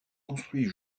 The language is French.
construits